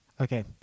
Okay